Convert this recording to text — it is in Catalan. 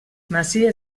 masia